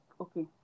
okay